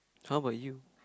how about you